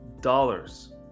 dollars